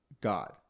god